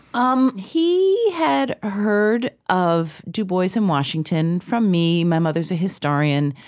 um he had heard of du bois and washington from me. my mother's a historian,